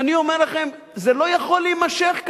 ואני אומר לכם: זה לא יכול להימשך כך,